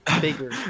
bigger